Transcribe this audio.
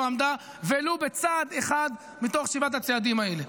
עמדה ולו בצעד אחד מתוך שבעת הצעדים האלה.